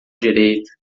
direita